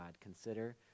consider